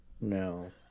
No